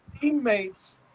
teammates